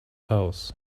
house